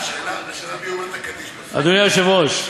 אדוני היושב-ראש,